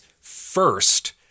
first